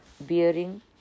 bearing